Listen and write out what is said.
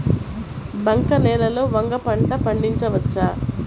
బంక నేలలో వంగ పంట పండించవచ్చా?